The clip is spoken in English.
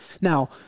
Now